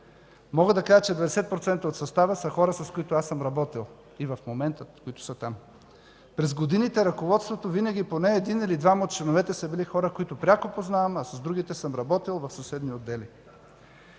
Мога да кажа, че 90% от състава са хора, с които аз съм работил и в момента са там. През годините поне един или двама от членовете на ръководството са били хора, които пряко познавам, а с другите съм работил в съседни отдели.